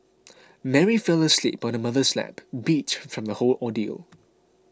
Mary fell asleep on her mother's lap beat from the whole ordeal